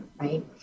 Right